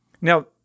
Now